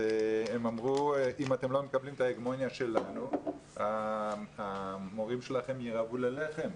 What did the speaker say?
אמרו שאם הם לא מקבלים את ההגמוניה של הבריטים המורים שלהם ירעבו ללחם.